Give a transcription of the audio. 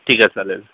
ठीक आहे चालेल